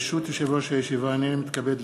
ברשות יושב-ראש הישיבה, הנני מתכבד להודיעכם,